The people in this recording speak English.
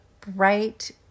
bright